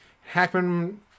Hackman